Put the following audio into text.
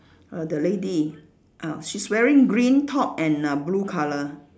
err the lady ah she's wearing green top and uh blue colour